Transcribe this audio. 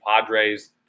Padres